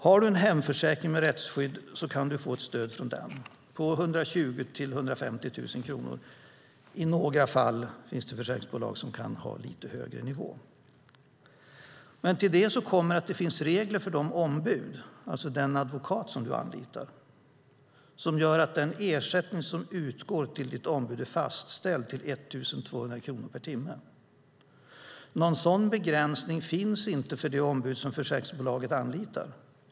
Har du en hemförsäkring med rättsskydd kan du få ett stöd från den på 120 000-150 000 kronor, och i några fall finns det försäkringsbolag som kan ha lite högre nivå. Till det kommer att det finns regler för det ombud, den advokat, som du anlitar som gör att den ersättning som utgår till ditt ombud är fastställd till 1 200 kronor per timme. Någon sådan begränsning finns inte för det ombud som försäkringsbolaget anlitar.